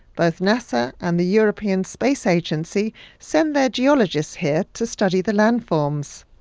both nasa and the european space agency send their geologists here to study the landforms.